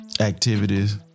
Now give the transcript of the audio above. activities